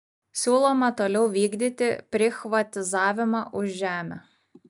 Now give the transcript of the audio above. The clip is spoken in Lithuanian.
siūloma toliau vykdyti prichvatizavimą už žemę